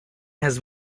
has